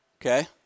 okay